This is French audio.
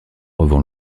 revend